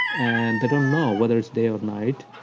and they don't know whether it's day or night.